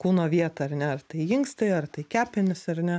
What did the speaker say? kūno vietą ar ne ar tai inkstai ar tai kepenys ar ne